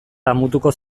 damutuko